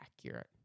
accurate